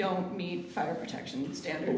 don't meet fire protection standard